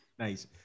Nice